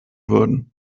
würden